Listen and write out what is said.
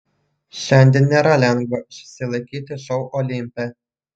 šiandien nėra lengva išsilaikyti šou olimpe